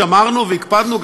שמרנו והקפדנו,